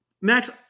Max